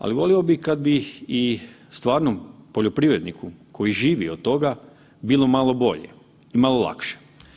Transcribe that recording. Ali volio bi kad bi i stvarnom poljoprivredniku koji živi od toga bilo malo bolje i malo lakše.